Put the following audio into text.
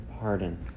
pardon